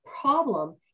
problem